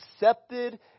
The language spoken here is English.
accepted